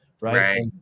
right